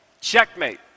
checkmate